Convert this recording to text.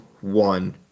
one